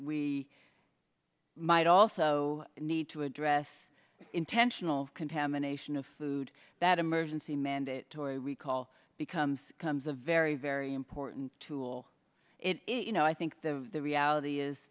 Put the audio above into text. might also need to address intentional contamination of food that emergency mandatory recall becomes becomes a very very important tool if you know i think the reality is